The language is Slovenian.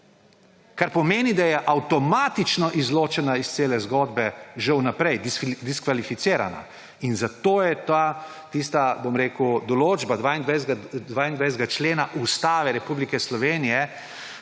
kar pomeni, da je avtomatično izločena iz cele zgodbe, že vnaprej diskvalificirana. In zato je tista določba 22. člena Ustave Republike Slovenije,